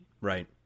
Right